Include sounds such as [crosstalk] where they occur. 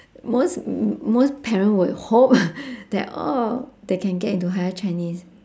most most parent would hope [breath] that oh they can get into higher chinese